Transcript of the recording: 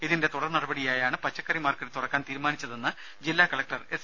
ഇതിന്റെ തുടർനടപടിയായാണ് പച്ചക്കറി മാർക്കറ്റ് തുറക്കാൻ തീരുമാനിച്ചതെന്ന് ജില്ലാ കലക്റ്റർ എസ്